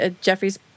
jeffrey's